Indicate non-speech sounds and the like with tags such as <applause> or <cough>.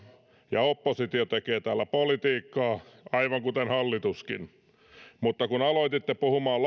ja oppositio tekee täällä politiikkaa aivan kuten hallituskin mutta kun aloitte puhumaan <unintelligible>